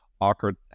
awkward